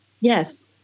Yes